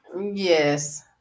Yes